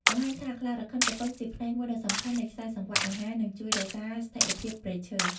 បង្ហាញថាខ្លារខិនពពកជាផ្នែកមួយដ៏សំខាន់នៃខ្សែសង្វាក់អាហារ និងជួយរក្សាស្ថិរភាពព្រៃឈើ។